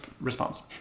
response